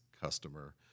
customer